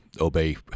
obey